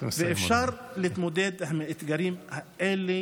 ואפשר להתמודד עם האתגרים האלה